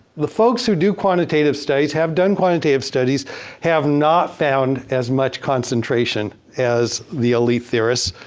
the folks who do quantitative studies, have done quantitative studies have not found as much concentration as the elite theorists,